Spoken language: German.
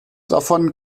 davon